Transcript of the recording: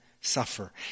suffer